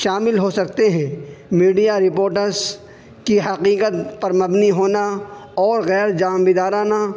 شامل ہو سکتے ہیں میڈیا رپورٹرس کی حقیقت پر مبنی ہونا اور غیر جانبدارانہ